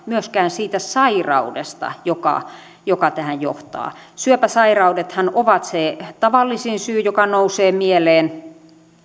myöskään siitä sairaudesta joka joka tähän johtaa syöpäsairaudethan ovat se tavallisin syy joka nousee mieleen